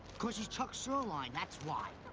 cause he's chuck sirloin, that's why.